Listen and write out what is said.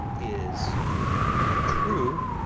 is true,